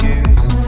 use